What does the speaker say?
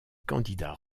candidats